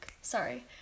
Sorry